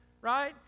right